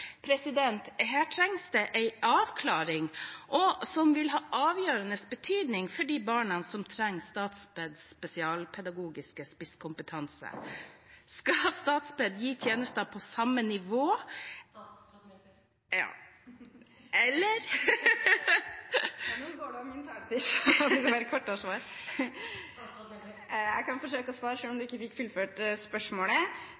Her trengs det en avklaring, som vil ha avgjørende betydning for de barna som trenger Statpeds spesialpedagogiske spisskompetanse. Skal Statped gi tjenester på samme nivå … Tiden er ute. Jeg kan forsøke å svare, selv om representanten ikke fikk fullført spørsmålet. Jeg